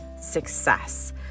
success